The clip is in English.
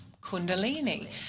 kundalini